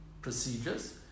procedures